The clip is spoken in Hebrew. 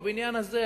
בבניין הזה,